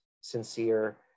sincere